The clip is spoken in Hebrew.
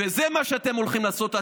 וזה מה שאתם הולכים לעשות,